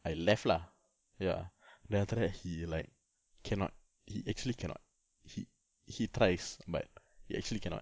I left lah ya then after that he like cannot he actually cannot he he tries but he actually cannot